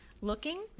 looking